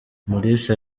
mulisa